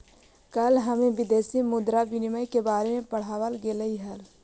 कल हमें विदेशी मुद्रा विनिमय के बारे में पढ़ावाल गेलई हल